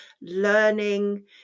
learning